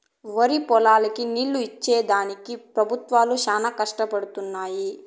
వరిపొలాలకి నీళ్ళు ఇచ్చేడానికి పెబుత్వాలు చానా కష్టపడుతున్నయ్యి